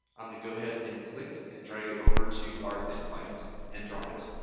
um to go ahead and click and drag it over to our thin client and drop it.